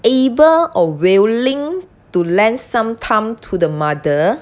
able or willing to lend some time to the mother